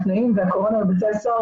התנאים והקורונה בבתי הסוהר,